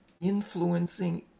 influencing